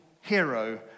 hero